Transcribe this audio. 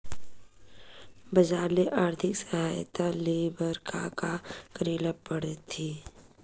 बजार ले आर्थिक सहायता ले बर का का करे ल पड़थे?